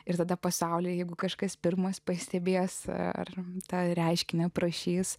ir tada pasaulyje jeigu kažkas pirmas pastebės ar tą reiškinį prašys